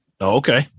Okay